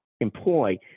employ